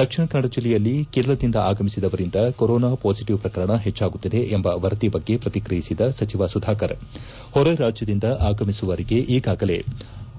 ದಕ್ಷಿಣ ಕನ್ನಡ ಜಿಲ್ಲೆಯಲ್ಲಿ ಕೇರಳದಿಂದ ಆಗಮಿಸಿದವರಿಂದ ಕೊರೋನಾ ಪಾಸಿಟಿವ್ ಪ್ರಕರಣ ಹೆಚ್ಚಾಗುತ್ತಿದೆ ಎಂಬ ವರದಿ ಬಗ್ಗೆ ಪ್ರಕಿಕ್ರಿಯಿಸಿದ ಸಚಿವ ಸುಧಾಕರ್ ಹೊರರಾಜ್ಯದಿಂದ ಆಗಮಿಸುವರಿಗೆ ಈಗಾಗಲೇ